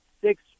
six